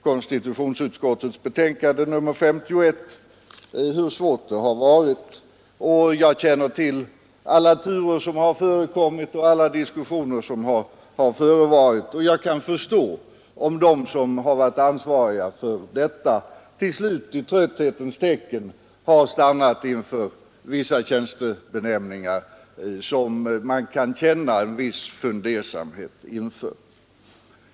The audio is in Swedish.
Konstitutionsutskotnkande nr 51 visar hur svårt det har varit när det gäller riksdagen. Jag känner till alla turer som har förekommit och alla diskussioner som har förevarit, och jag kan förstå om de ansvariga till slut i trötthetens tecken har stannat inför vissa tjänstebenämningar som man kan känna en viss fundersamhet inför.